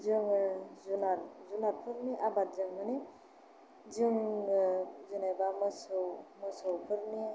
जोङो जुनार जुनारफोरनि आबादजों माने जोङो जेनेबा मोसौ मोसौफोरनि